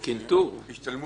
וגם קינטור.